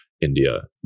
India